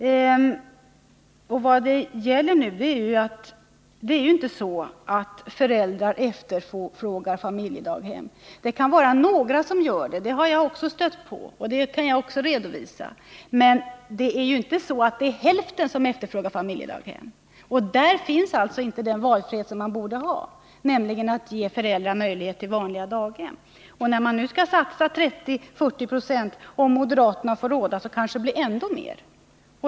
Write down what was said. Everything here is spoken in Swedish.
Det är ju inte så att föräldrar efterfrågar familjedaghem. Det kan vara några som gör det — det har jag också stött på och det kan jag redovisa. Men det är inte hälften av föräldrarna som efterfrågar familjedaghem, och där finns inte den valfrihet som borde finnas, nämligen att man skall ge föräldrar möjlighet att få vanliga daghem. Nu skall man ju satsa på familjedaghem till 30-40 90, och om moderaterna får råda kanske det blir ännu mer.